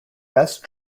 best